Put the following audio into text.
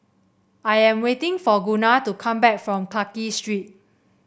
I am waiting for Gunnar to come back from Clarke Street